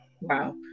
wow